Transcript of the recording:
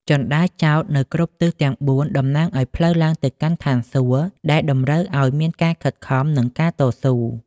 ជណ្តើរចោតនៅគ្រប់ទិសទាំងបួន តំណាងឱ្យផ្លូវឡើងទៅកាន់ឋានសួគ៌ ដែលតម្រូវឱ្យមានការខិតខំ និងការតស៊ូ។